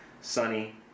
sunny